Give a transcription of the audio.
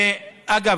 ואגב,